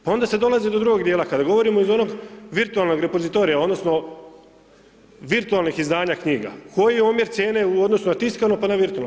Pa onda se dolazi do drugog dijela, kada govorimo iz onog virtualnog repozitorija odnosno virtualnih izdanja knjiga, koji je omjer cijene u odnosu na tiskano pa na virtualno.